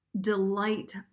delight